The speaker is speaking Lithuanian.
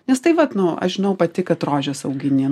nes tai vat nu aš žinau pati kad rožes augini